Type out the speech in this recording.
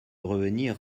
revenir